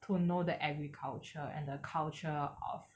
to know the agriculture and the culture of